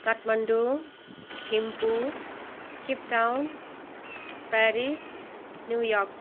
Kathmandu Thimphu Cape Town Paris New York